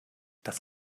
das